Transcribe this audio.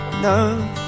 No